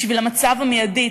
בשביל המצב המיידי,